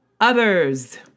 Others